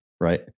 right